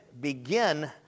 begin